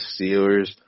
Steelers